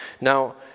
Now